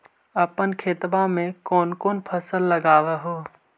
अपन खेतबा मे कौन कौन फसल लगबा हू?